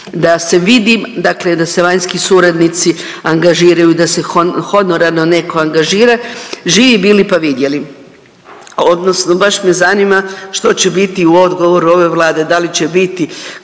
da se vidi, dakle se vanjski suradnici angažiraju, da se honorarno netko angažira. Živi bili pa vidjeli. Odnosno baš me zanima što će biti u odgovoru ove Vlade, da li će biti